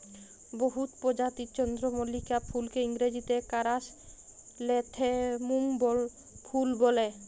বহুত পরজাতির চল্দ্রমল্লিকা ফুলকে ইংরাজিতে কারাসলেথেমুম ফুল ব্যলে